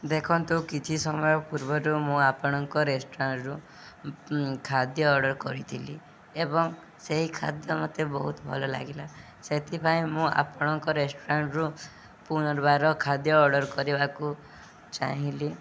ଦେଖନ୍ତୁ କିଛି ସମୟ ପୂର୍ବରୁ ମୁଁ ଆପଣଙ୍କ ରେଷ୍ଟୁରାଣ୍ଟରୁ ଖାଦ୍ୟ ଅର୍ଡ଼ର୍ କରିଥିଲି ଏବଂ ସେହି ଖାଦ୍ୟ ମୋତେ ବହୁତ ଭଲ ଲାଗିଲା ସେଥିପାଇଁ ମୁଁ ଆପଣଙ୍କ ରେଷ୍ଟୁରାଣ୍ଟରୁ ପୁନର୍ବାର ଖାଦ୍ୟ ଅର୍ଡ଼ର୍ କରିବାକୁ ଚାହିଁଲିି